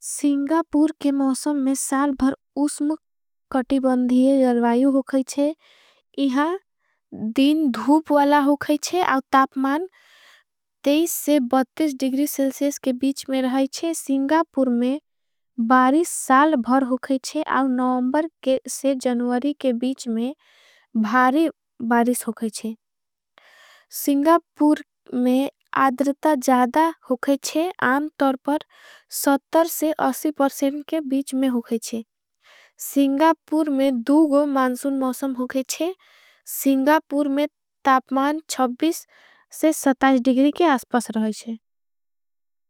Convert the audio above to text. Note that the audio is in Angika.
सिंगापूर के मौसम में साल भर उस्म कटी बंधिये । जल वाइव होगाईचे इहा दिन धूप वाला होगाईचे। आओ तापमान डिग्री सेल्सेस के बीच में रहाईचे। सिंगापूर में बारिस साल भर होगाईचे आओ नौमबर। से जन्वरी के बीच में भारी बारिस होगाईचे सिंगापूर। में आद्रता जादा होगाईचे आम तोर पर के बीच में। होगाईचे सिंगापूर में दूगो मांसुन मौसम होगाईचे। सिंगापूर में तापमान दिगरी के आसपस रहाईचे।